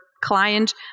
client